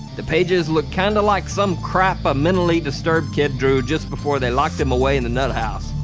the pages look kinda like some crap a mentally disturbed kid drew just before they locked him away in the nuthouse.